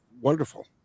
wonderful